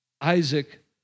Isaac